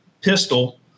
pistol